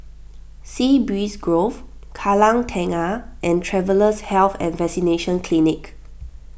Sea Breeze Grove Kallang Tengah and Travellers' Health and Vaccination Clinic